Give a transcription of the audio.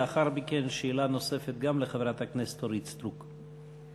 לאחר מכן שאלה נוספת גם לחברת הכנסת אורית סטרוק.